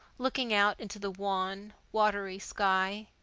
looking out into the wan, watery sky,